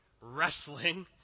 wrestling